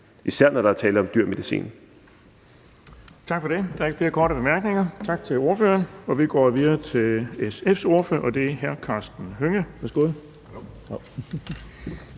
især når der er tale om dyr medicin.